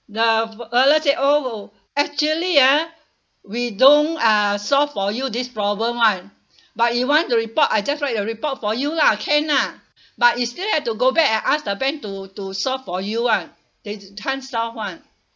the uh they say oh actually ah we don't uh soft for you this problem [one] but you want to report I just write the report for you lah can ah but you still have to go back and ask the bank to to solve for you [one] they can't solve [one]